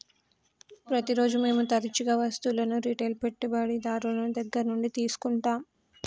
ప్రతిరోజు మేము తరచుగా వస్తువులను రిటైల్ పెట్టుబడిదారుని దగ్గర నుండి తీసుకుంటాం